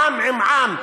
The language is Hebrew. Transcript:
עַם עִם עַם,